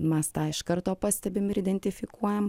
mes tai iš karto pastebime ir identifikuojam